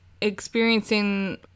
experiencing